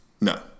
No